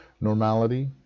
Normality